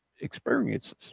experiences